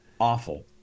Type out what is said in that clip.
awful